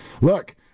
Look